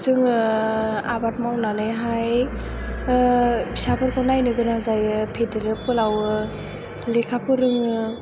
जों आबाद मावनानैहाय फिसाफोरखौ नायनो गोनां जायो फेदेरो फोलावो लेखा फोरोङो